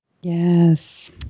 Yes